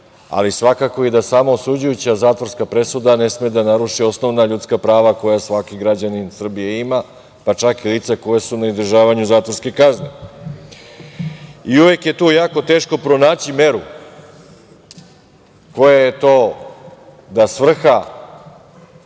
ali svakako i da sama osuđujuća zatvorska presuda ne sme da naruši osnovna ljudska prava koja svaki građanin Srbije ima, pa čak i lica koja su na izdržavanju zatvorske kazne. Uvek je tu jako teško pronaći meru koja je to da svrha